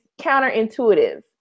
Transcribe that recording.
counterintuitive